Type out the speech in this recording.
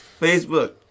Facebook